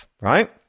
right